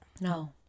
No